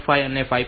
5 અને 5